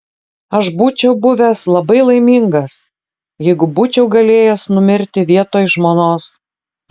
aš būčiau buvęs labai laimingas jeigu būčiau galėjęs numirti vietoj žmonos